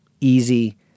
easy